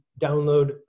download